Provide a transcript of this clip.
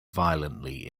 violently